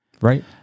Right